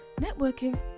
Networking